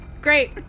great